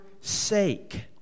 sake